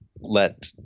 let